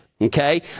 okay